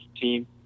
team